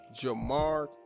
Jamar